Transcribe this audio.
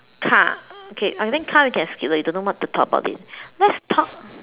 car okay I think car we can skip later don't know what to talk about it let's talk